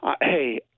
hey